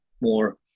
more